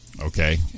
okay